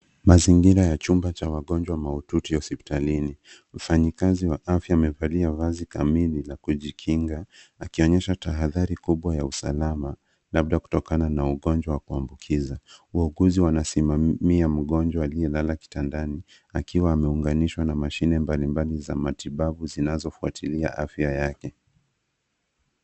Mazingira ya chumba cha wagonjwa mahututi hospitani. Mfanyikazi wa afya amevalia vazi kamili la kujikinga akionyesha tahadhari kubwa ya usalama labda kutokana na ugonjwa wa kuambukizwa. Wauguzi wanasimamia mgonjwa aliyelala kitandani akiwa ameunganishwa na mashine mbalimbali za matibabu zinazofuatilia afya yake.